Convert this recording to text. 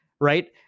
Right